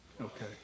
Okay